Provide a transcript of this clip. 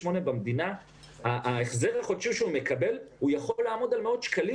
במדינה ההחזר החודשי שהוא מקבל יכול לעמוד על מאות שקלים,